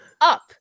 up